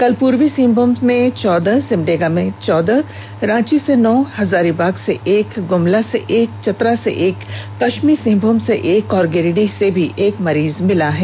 कल पूर्वी सिंहभूम से चौदह सिमडेगा से चौदह रांची से नौ हजारीबाग से एक ग्रमला से एक चतरा से एक पष्चिमी सिंहभूम से एक और गिरिडीह से भी एक मरीज मिले हैं